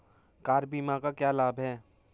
Car बीमा का क्या लाभ है?